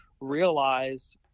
realize